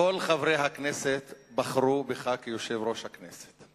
כל חברי הכנסת בחרו בך ליושב-ראש הכנסת,